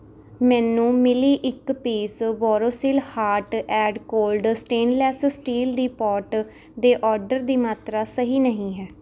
ਮੈਨੂੰ ਮਿਲੀ ਇੱਕ piece Borosil hot and cold stainless steel tea pot ਦੇ ਆਰਡਰ ਦੀ ਮਾਤਰਾ ਸਹੀ ਨਹੀਂ ਹੈ